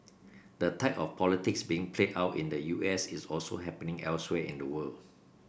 the type of politics being played out in the U S is also happening elsewhere in the world